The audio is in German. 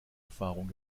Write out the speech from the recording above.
erfahrung